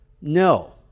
No